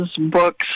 books